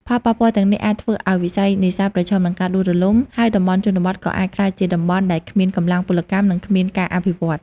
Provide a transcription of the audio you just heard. ផលប៉ះពាល់ទាំងនេះអាចធ្វើឲ្យវិស័យនេសាទប្រឈមនឹងការដួលរលំ ហើយតំបន់ជនបទក៏អាចក្លាយជាតំបន់ដែលគ្មានកម្លាំងពលកម្ម និងគ្មានការអភិវឌ្ឍន៍។